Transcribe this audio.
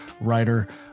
writer